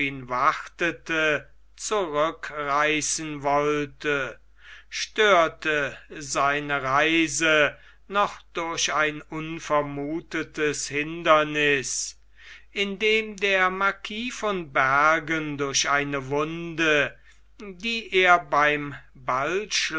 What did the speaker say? wartete zurückreißen wollte störte seine reise noch durch ein unvermuthetes hinderniß indem der marquis von bergen durch eine wunde die er beim